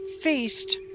Feast